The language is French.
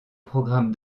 programme